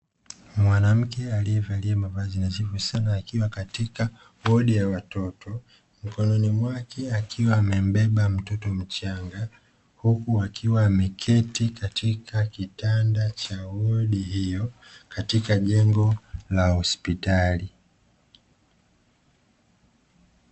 Mwanamke aliyevalia mavazi nadhifu sana, akiwa katika wodi ya watoto, mikononi mwake akiwa amembeba mtoto mchanga, huku akiwa ameketi katika kitanda cha wodi hiyo, katika jengo la hospitali.